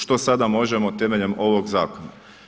Što sada možemo temeljem ovog zakona?